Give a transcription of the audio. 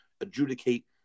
adjudicate